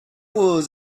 was